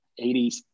80s